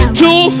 two